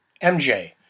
MJ